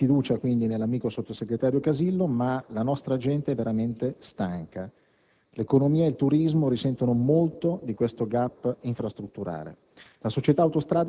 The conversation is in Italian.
Massima fiducia, quindi, nell'amico sottosegretario Casillo, ma la nostra gente è veramente stanca. L'economia e il turismo risentono molto di questo *gap* infrastrutturale.